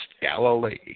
Galilee